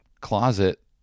closet